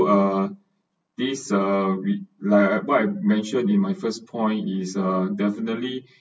err this err re~ uh what I mentioned in my first point is uh definitely